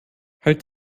halt